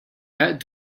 that